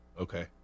Okay